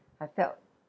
I felt